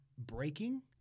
breaking